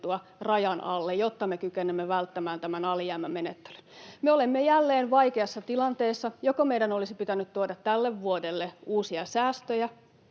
rajan alle, jotta me kykenemme välttämään tämän alijäämämenettelyn. Me olemme jälleen vaikeassa tilanteessa. Muuten meidän olisi pitänyt tuoda tälle vuodelle uusia säästöjä,